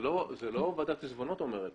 זה לא ועדת העיזבונות אומרת.